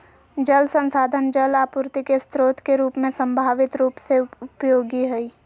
जल संसाधन जल आपूर्ति के स्रोत के रूप में संभावित रूप से उपयोगी हइ